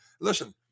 Listen